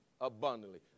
abundantly